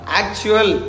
actual